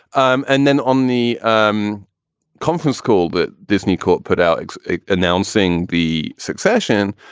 um and then on the um conference call that disney corp. put out, announcing the succession,